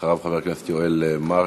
חבר הכנסת יואל חסון.